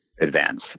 advance